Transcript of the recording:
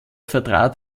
vertrat